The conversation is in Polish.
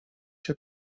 się